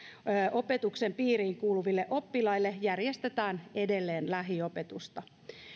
opetuksen piiriin kuuluville oppilaille järjestetään edelleen lähiopetusta